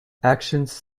actions